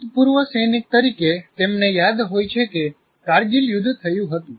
ભૂતપૂર્વ સૈનિક તરીકે તેમને યાદ હોય છે કે કારગિલ યુદ્ધ થયું હતું